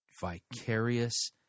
vicarious